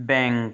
bank